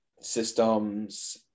systems